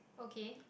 okay